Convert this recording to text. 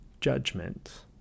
judgment